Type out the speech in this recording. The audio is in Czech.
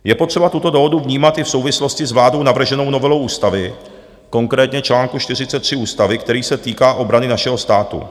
Je potřeba tuto dohodu vnímat i v souvislosti s vládou navrženou novelou ústavy, konkrétně čl. 43 ústavy, který se týká obrany našeho státu.